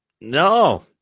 No